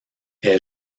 est